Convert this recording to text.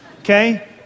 Okay